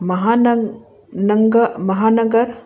महानंग नंग महानगर